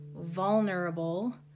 vulnerable